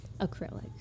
acrylic